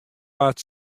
waard